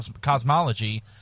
cosmology